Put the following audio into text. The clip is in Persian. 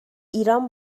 ایران